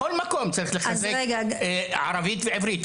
בכל מקום צריך לחזק ערבית ועברית.